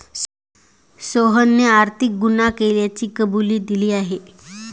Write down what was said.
सोहनने आर्थिक गुन्हा केल्याची कबुली दिली आहे